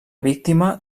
víctima